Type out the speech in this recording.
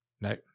no